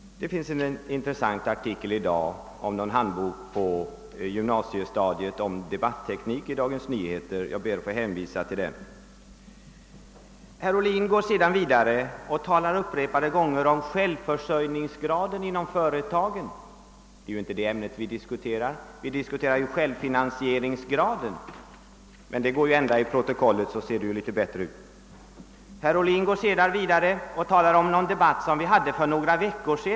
— Det finns en intressant artikel i Dagens Nyheter i dag om en handbok på gymnasiestadiet i debatteknik. Jag ber att få hänvisa till den. Herr Ohlin talade sedan upprepade gånger om = »självförsörjningsgraden» inom företagen. Det är ju inte det ämnet vi diskuterar — vi diskuterar självfinansieringsgraden. Men det går ju att ändra protokollet, så ser det litet bättre ut. Herr Ohlin talade också om en debatt som vi hade »för några veckor sedan».